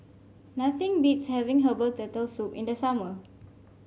nothing beats having Herbal Turtle Soup in the summer